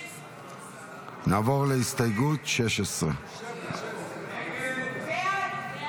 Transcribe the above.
16. נעבור להסתייגות 16. הסתייגות 16